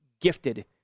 gifted